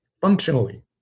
functionally